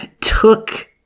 took